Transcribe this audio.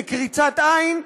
בקריצת עין,